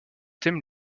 thèmes